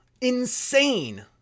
Insane